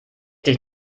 dich